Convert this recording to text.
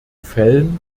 fällen